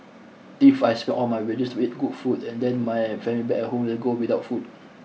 if I spend all my wages with good food and then my family back at home will go without food